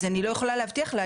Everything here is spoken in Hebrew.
אז אני לא יכולה להבטיח לה,